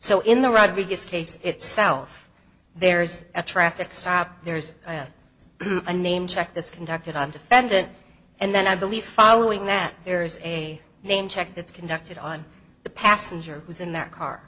so in the rodriguez case itself there's a traffic stop there's a name check that's conducted on defendant and then i believe following that there is a name check that's conducted on the passenger was in that car